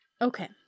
Okay